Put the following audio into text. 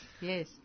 yes